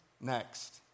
next